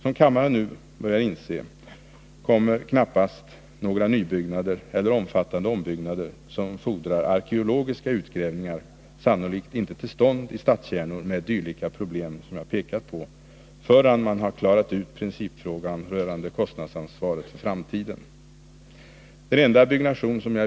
Som kammaren nu inser kommer knappast några nybyggnader eller omfattande ombyggnader som fordrar arkeologiska utgrävningar till stånd i stadskärnor med dylika problem, förrän principfrågan rörande kostnadsansvaret för framtiden har klarats ut.